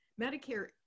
Medicare